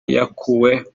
yakuwe